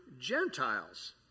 Gentiles